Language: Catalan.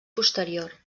posterior